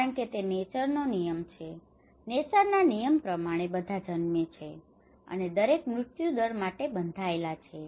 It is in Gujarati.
કારણ કે તે નેચર નો નિયમ છે નેચર ના નિયમ પ્રમાણે બધા જન્મે છે અને દરેક મૃત્યુ માટે બંધાયેલા છે